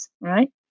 right